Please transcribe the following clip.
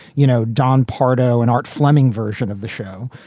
you know, don pardo and art fleming version of the show.